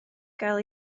gael